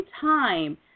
time